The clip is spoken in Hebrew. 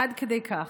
עד כדי כך.